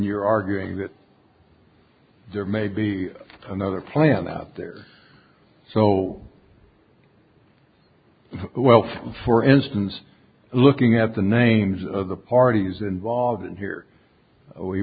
you're arguing that there may be another plan out there so well for instance looking at the names of the parties involved here